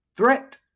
Threat